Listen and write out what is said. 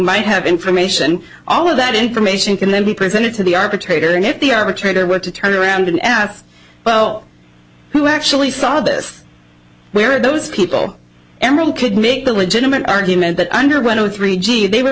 might have information all of that information can then be presented to the arbitrator and yet the arbitrator went to turn around and asked well who actually saw this where those people emeril could make a legitimate argument that underwent a three g they were